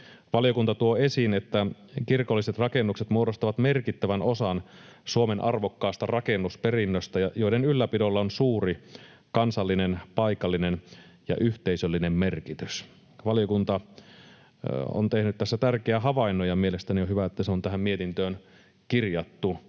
Valiokunta tuo esiin, että kirkolliset rakennukset muodostavat merkittävän osan Suomen arvokkaasta rakennusperinnöstä ja niiden ylläpidolla on suuri kansallinen, paikallinen ja yhteisöllinen merkitys. Valiokunta on tehnyt tässä tärkeän havainnon, ja mielestäni on hyvä, että se on tähän mietintöön kirjattu.